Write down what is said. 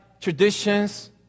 traditions